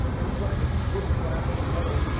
when you grind with wood and plastic or metal.